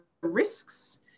risks